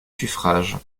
suffrages